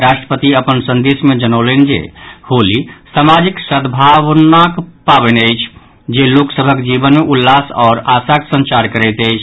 राष्ट्रपति अपन संदेश मे जनौलनि जे होली सामाजिक सद्भावक पावनि अछि जे लोक सभक जीवन मे उल्लास आओर आशाक संचार करैत अछि